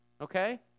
Okay